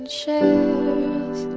shares